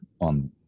on